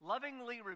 Lovingly